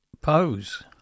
pose